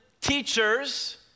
teachers